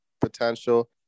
potential